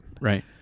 Right